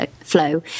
flow